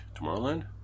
Tomorrowland